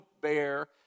bear